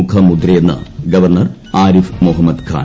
മുഖമുദ്രയെന്ന് governor Arif Muhammad Khan